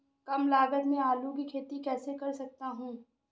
कम लागत में आलू की खेती कैसे कर सकता हूँ?